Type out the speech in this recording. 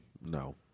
No